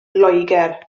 loegr